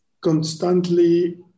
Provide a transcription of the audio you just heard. constantly